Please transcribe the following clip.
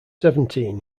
seventeen